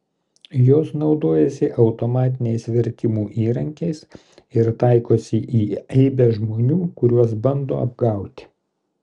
jos naudojasi automatiniais vertimų įrankiais ir taikosi į aibę žmonių kuriuos bando apgauti